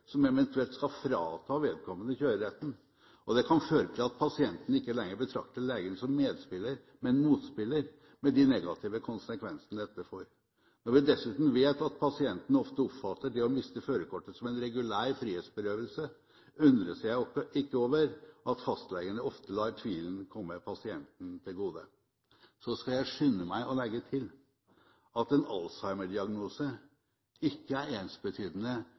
som eventuelt skal frata vedkommende kjøreretten. Det kan føre til at pasienten ikke lenger betrakter legen som medspiller, men motspiller, med de negative konsekvensene dette får. Når vi dessuten vet at pasienten ofte oppfatter det å miste førerkortet som en regulær frihetsberøvelse, undres jeg ikke over at fastlegene ofte lar tvilen komme pasienten til gode. Så skal jeg skynde meg å legge til at en Alzheimer-diagnose ikke er ensbetydende